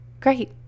great